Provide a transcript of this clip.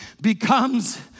becomes